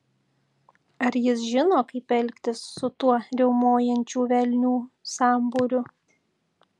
ar jis žino kaip elgtis su tuo riaumojančių velnių sambūriu